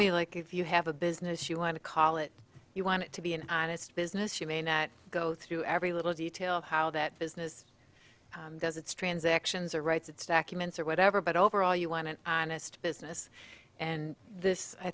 me like if you have a business you want to call it you want it to be an honest business you may not go through every little detail of how that business does its transactions or writes its documents or whatever but overall you want an honest business and this i